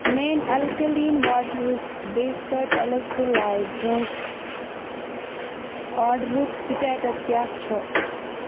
میٛٲنۍ alkaline water based electrolyte drink آڈرُک status کیٛاہ چھُ